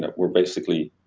ah we're basically,